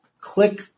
click